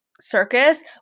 circus